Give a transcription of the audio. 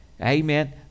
Amen